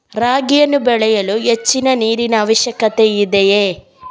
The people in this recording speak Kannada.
ರಾಗಿಯನ್ನು ಬೆಳೆಯಲು ಹೆಚ್ಚಿನ ನೀರಿನ ಅವಶ್ಯಕತೆ ಇದೆಯೇ?